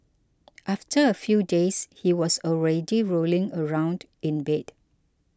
after a few days he was already rolling around in bed